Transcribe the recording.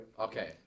Okay